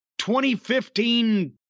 2015